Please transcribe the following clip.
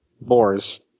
Boars